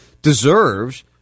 Deserves